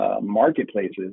marketplaces